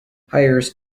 hires